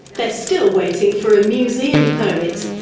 they're still waiting for a museum permit.